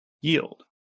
yield